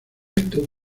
esto